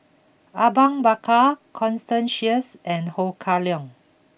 Awang Bakar Constance Sheares and Ho Kah Leong